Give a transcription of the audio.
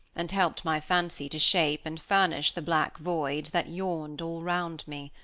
and helped my fancy to shape and furnish the black void that yawned all round me.